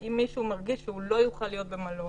ואם מישהו מרגיש שהוא לא יוכל להיות במלון